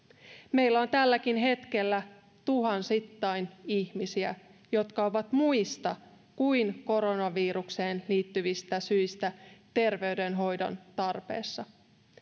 meillä on tälläkin hetkellä tuhansittain ihmisiä jotka ovat muista kuin koronavirukseen liittyvistä syistä terveydenhoidon tarpeessa